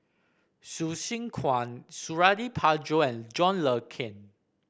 Hsu Tse Kwang Suradi Parjo and John Le Cain